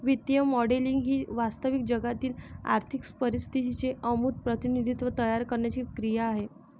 वित्तीय मॉडेलिंग ही वास्तविक जगातील आर्थिक परिस्थितीचे अमूर्त प्रतिनिधित्व तयार करण्याची क्रिया आहे